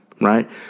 Right